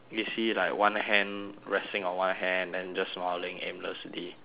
is he like one hand resting on one hand then just smiling aimlessly